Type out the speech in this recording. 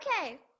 Okay